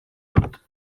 dut